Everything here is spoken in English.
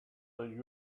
find